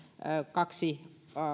kaksi